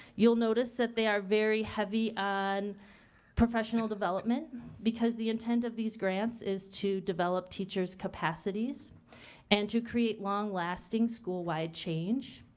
you'll notice that they are very heavy on professional development because the intent of these grants is to develop teachers' capacities and to create long lasting school-wide change.